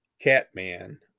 Catman